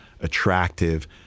attractive